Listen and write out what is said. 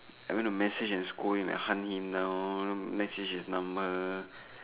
I went to message in school and hunt him down message his number